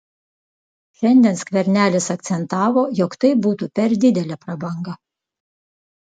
šiandien skvernelis akcentavo jog tai būtų per didelė prabanga